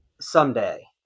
someday